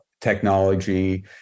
technology